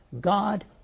God